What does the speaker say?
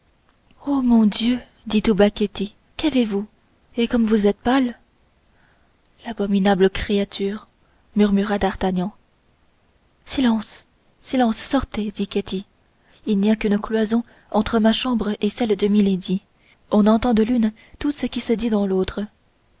o mon dieu dit tout bas ketty qu'avez-vous et comme vous êtes pâle l'abominable créature murmura d'artagnan silence silence sortez dit ketty il n'y a qu'une cloison entre ma chambre et celle de milady on entend de l'une tout ce qui se dit dans l'autre